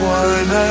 one